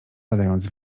badając